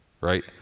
right